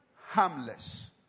harmless